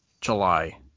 July